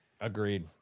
Agreed